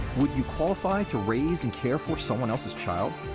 would you qualify to raise and care for someone else's child?